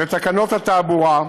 לתקנות התעבורה,